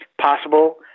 possible